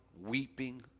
weeping